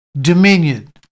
dominion